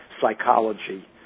psychology